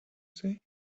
say